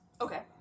Okay